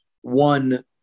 one